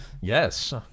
Yes